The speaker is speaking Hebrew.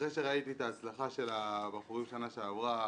אחרי שראיתי את ההצלחה של הבחורים שנה שעברה